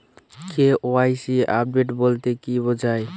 KYC update বলতে কি বোঝায়?